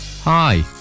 Hi